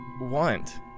want